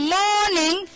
morning